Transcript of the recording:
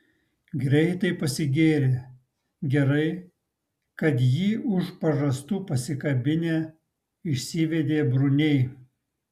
greitai pasigėrė gerai kad jį už pažastų pasikabinę išsivedė bruniai